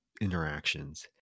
interactions